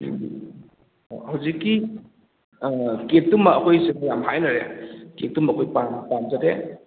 ꯍꯧꯖꯤꯛꯀꯤ ꯀꯦꯛꯇꯨꯃ ꯑꯩꯈꯣꯏ ꯁꯤꯗ ꯌꯥꯝ ꯍꯥꯏꯅꯔꯦ ꯀꯦꯛꯇꯨꯃ ꯑꯩꯈꯣꯏ ꯄꯥꯝꯖꯔꯦ